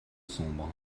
sombre